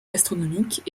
gastronomiques